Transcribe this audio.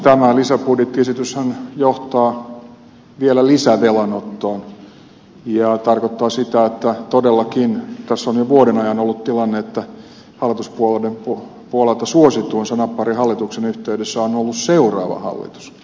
tämä lisäbudjettiesityshän johtaa vielä lisävelanottoon ja tarkoittaa sitä että todellakin tässä on jo vuoden ajan ollut tilanne että hallituspuolueiden puolelta suosituin sanapari hallituksen yhteydessä on ollut seuraava hallitus